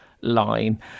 line